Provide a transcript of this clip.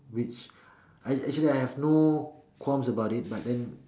which I I actually have no qualms about it but then